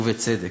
ובצדק.